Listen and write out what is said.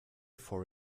for